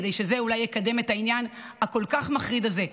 כדי שזה אולי יקדם את העניין הכל-כך מחריד הזה.